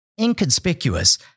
inconspicuous